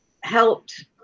helped